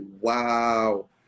wow